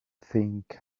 think